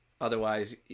otherwise